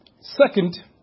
Second